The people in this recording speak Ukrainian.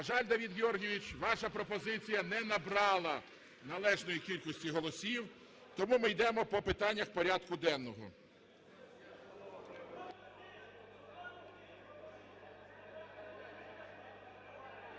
На жаль, Давид Георгійович, ваша пропозиція не набрала належної кількості голосів, тому ми йдемо питаннях порядку денного.